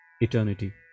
eternity